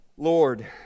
Lord